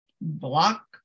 block